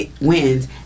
wins